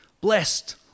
blessed